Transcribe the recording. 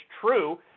true